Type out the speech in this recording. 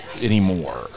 anymore